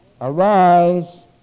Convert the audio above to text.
arise